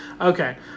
Okay